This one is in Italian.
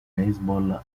baseball